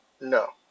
no